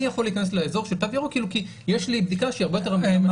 אני יכול להיכנס לאזור של תו ירוק כי יש לי בדיקה שהיא הרבה יותר אמינה.